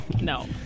No